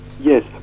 yes